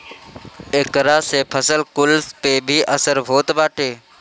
एकरा से फसल कुल पे भी असर होत बाटे